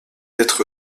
être